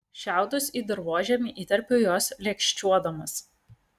šiaudus į dirvožemį įterpiu juos lėkščiuodamas